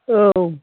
औ